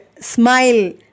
Smile